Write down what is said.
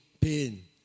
pain